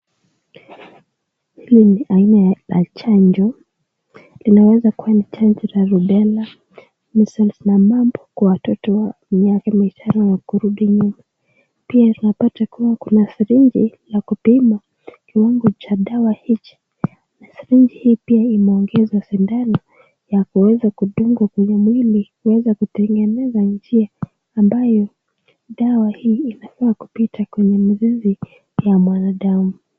Hii ni aina ya chanjo inaweza kuwa ni chanjo ya rubela ,miscles na mumps kwa watoto wa miezi mitano kurudi nyuma , pia tunapata kuna sirenji ya kupima kiwango cha sdawa hichi, na sirenji hii pia imeongezwa sindano, ya kuweza kudunga kwenye mwili, iweze kutengeneza njia ambayo dawa hio inafaa kupita kwenye mizizi ya mwanadamu.